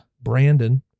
Brandon